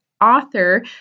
author